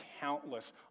countless